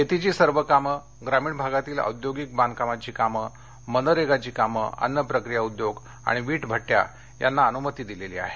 शेतीची सर्व कामं ग्रामीण भागातील औद्योगिक आणि बांधकामाची कामं मनरेगाची कामं अन्न प्रक्रिया उद्योग आणि वीट भट्टया यांना अनुमती दिलेली आहे